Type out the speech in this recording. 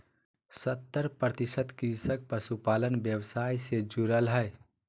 सत्तर प्रतिशत कृषक पशुपालन व्यवसाय से जुरल हइ